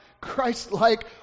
Christ-like